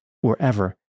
wherever